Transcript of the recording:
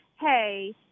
Hey